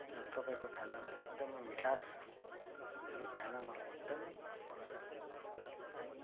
र तपाईँको खानामा एकदम मिठास छ यो खाना मलाई एकदमै मनपर्छ है